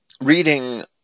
reading